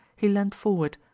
he leaned forward,